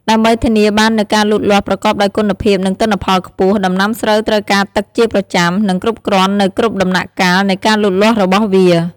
ដើម្បីធានាបាននូវការលូតលាស់ប្រកបដោយគុណភាព និងទិន្នផលខ្ពស់ ដំណាំស្រូវត្រូវការទឹកជាប្រចាំ និងគ្រប់គ្រាន់នៅគ្រប់ដំណាក់កាលនៃការលូតលាស់របស់វា។